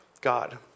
God